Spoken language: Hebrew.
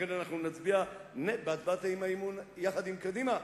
לכן אנחנו נצביע בהצבעת האי-אמון יחד עם קדימה,